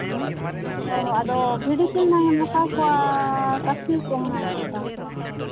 ᱚ ᱦᱚᱸ ᱟᱫᱚ ᱵᱷᱤᱰᱤ ᱥᱩᱢᱩᱝ ᱮᱢ ᱦᱟᱛᱟᱣ ᱠᱚᱣᱟ ᱠᱟᱹᱥᱤ ᱦᱚᱛᱚ ᱦᱩᱱᱟᱹᱝ ᱮᱢ ᱦᱟᱛᱟᱣ ᱠᱚᱣᱟ